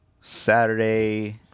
Saturday